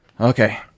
Okay